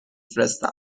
فرستم